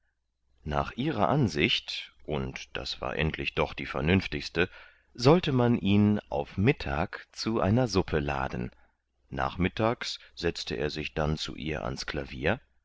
nach ihrer ansicht und das war endlich doch die vernünftigste sollte man ihn auf mittag zu einer suppe laden nachmittags setzte er sich dann zu ihr ans klavier